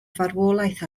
farwolaeth